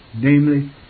namely